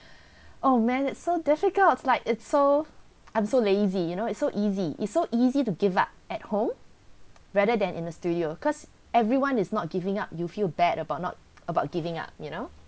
oh man it's so difficult like it's so I'm so lazy you know it's so easy it's so easy to give up at home rather than in the studio cause everyone is not giving up you feel bad about not about giving up you know